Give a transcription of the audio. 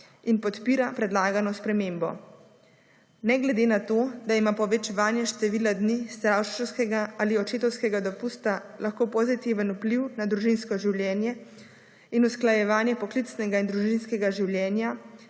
in podpira predlagano spremembo. Ne glede na to, da ima povečevanje števila dni starševskega ali očetovskega dopusta lahko pozitiven vpliv na družinsko življenje in usklajevanje poklicnega in družinskega življenja